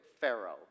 Pharaoh